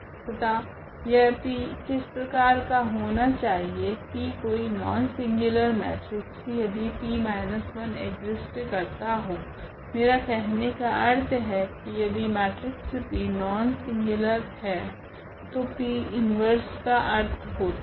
तथा यह P किस प्रकार का होना चाहिए P कोई नोंसिंगुलर मेट्रिक्स यदि P 1 एक्जिस्ट करता हो मेरा कहने का अर्थ है की यदि मेट्रिक्स P नोंसिंगुलर है तो P इनवर्स का अर्थ होता है